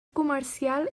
comercial